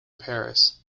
paris